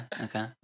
Okay